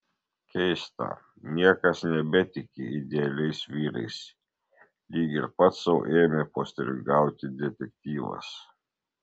keista niekas nebetiki idealiais vyrais lyg ir pats sau ėmė postringauti detektyvas